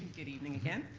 good evening again.